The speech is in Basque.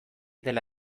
dela